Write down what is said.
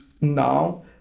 now